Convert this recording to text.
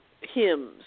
hymns